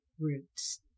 roots